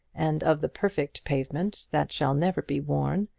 and of the perfect pavement that shall never be worn,